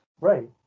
Right